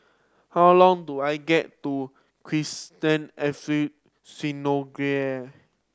how long do I get to El Synagogue